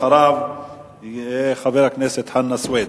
אחריו יהיה חבר הכנסת חנא סוייד,